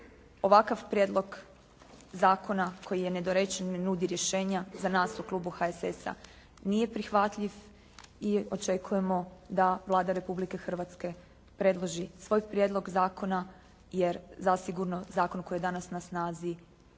Ovakav prijedlog zakona koji je nedorečen ne nudi rješenja, za nas u klubu HSS-a nije prihvatljiv i očekujemo da Vlada Republike Hrvatske predloži svoj prijedlog zakona jer zasigurno zakon koji je danas na snazi